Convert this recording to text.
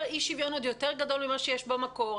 אי-שוויון עוד יותר גדול ממה שיש במקור,